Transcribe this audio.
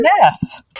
Yes